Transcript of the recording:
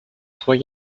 trois